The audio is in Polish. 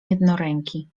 jednoręki